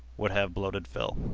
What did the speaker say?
would have bloated fill.